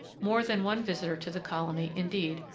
more than one visitor to the colony, indeed,